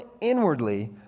inwardly